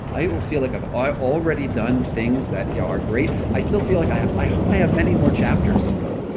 i will feel like i've already done things that yeah are great. i still feel like i i hope i have many more chapters to come,